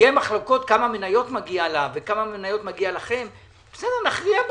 יהיו מחלוקת, כמה מניות מגיע לה וכמה לכם נכריע.